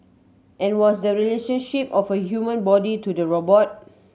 and what's the relationship of the human body to the robot